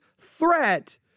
threat